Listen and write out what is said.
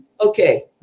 okay